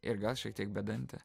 ir gal šiek tiek bedantė